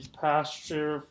pasture